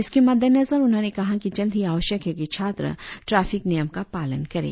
इसके मद्देनजर उन्होंने कहा कि जल्द ही आवश्यक है कि छात्र ट्रैफिक नियम का पालन करे